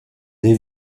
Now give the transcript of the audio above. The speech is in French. des